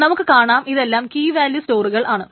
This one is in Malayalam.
നമുക്ക് കാണാം ഇതെല്ലാം കീ വാല്യൂ സ്റ്റോറുകൾ ആണ്